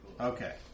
Okay